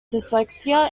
dyslexia